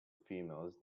females